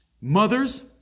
Mothers